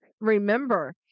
remember